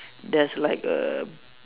there's like a